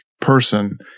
person